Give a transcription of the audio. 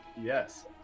yes